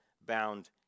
bound